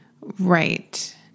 Right